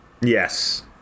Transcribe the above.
Yes